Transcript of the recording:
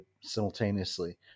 simultaneously